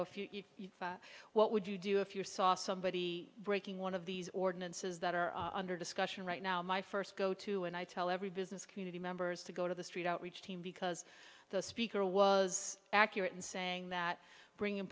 oh what would you do if you saw somebody breaking one of these ordinances that are under discussion right now my first go to and i tell every business community members to go to the street outreach team because the speaker was accurate in saying that bring in